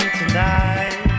tonight